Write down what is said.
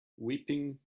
weeping